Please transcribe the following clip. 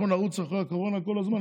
אנחנו נרוץ אחרי הקורונה כל הזמן,